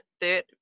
third